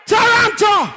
Toronto